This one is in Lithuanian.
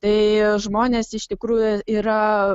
tai žmonės iš tikrųjų yra